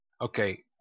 Okay